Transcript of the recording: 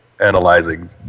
analyzing